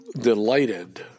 delighted